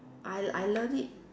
I I learn it